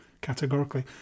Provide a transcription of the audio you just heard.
categorically